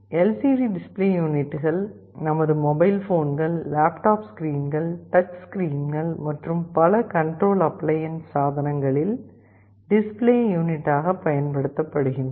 LCD display யூனிட்டுகள் நமது mobile போன்கள் லேப்டாப் ஸ்கிரீன்கள் டச் ஸ்கிரீன்கள் மற்றும் பல கண்ட்ரோல் அப்ளையன்ஸ் சாதனங்களில் டிஸ்ப்ளே யூனிட்டாகப் பயன்படுத்தப்படுகின்றன